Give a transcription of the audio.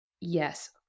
Yes